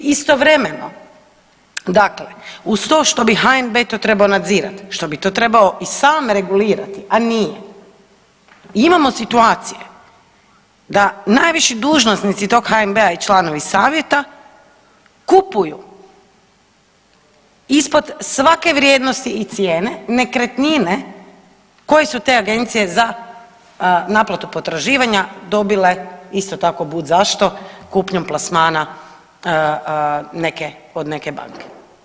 Istovremeno, dakle uz to što bi HNB to trebao nadzirat, što bi to trebao i sam regulirati, a nije, imamo situacije da najviši dužnosnici tog HNB-a i članovi savjeta kupuju ispod svake vrijednosti i cijene nekretnine koje su te Agencije za naplatu potraživanja dobile isto tako bud zašto kupnjom plasmana neke, od neke banke.